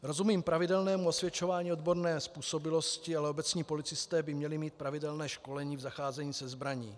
Rozumím pravidelnému osvědčování odborné způsobilosti, ale obecní policisté by měli mít pravidelné školení v zacházení se zbraní.